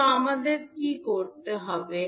তো আমাদের কী করতে হবে